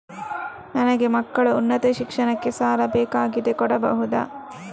ನನಗೆ ಮಕ್ಕಳ ಉನ್ನತ ಶಿಕ್ಷಣಕ್ಕೆ ಸಾಲ ಬೇಕಾಗಿದೆ ಕೊಡಬಹುದ?